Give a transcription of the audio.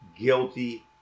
guilty